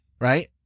right